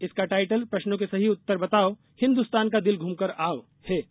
इसका टाइटल ष्प्रश्नों के सही उत्तर बताओ हिन्दुस्तान का दिल घूमकर आओष् है